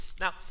Now